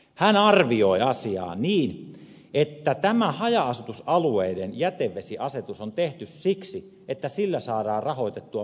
hän arvioi asiaa niin että tämä haja asutusalueiden jätevesiasetus on tehty siksi että sillä saadaan rahoitettua maatalouden ympäristötuki